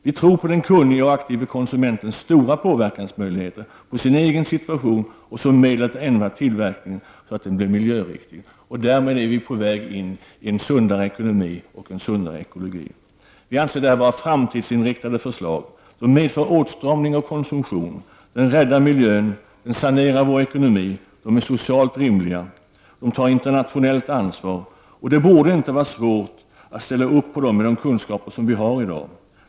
Vi tror på den kunnige och aktive konsumentens stora möjligheter att påverka sin egen situation och som medel att ändra tillverkningen så att den blir miljöriktig. Därmed är vi på väg in i en sundare ekonomi och en sundare ekologi. Vi anser detta vara framtidsinriktade förslag. De medför åtstramning av konsumtion, räddar miljön och sanerar vår ekonomi. De är socialt rimliga. De innebär att vi tar internationellt ansvar. Det borde inte vara svårt att ställa upp på dem, med de kunskaper vi har i dag.